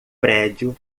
prédio